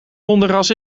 hondenras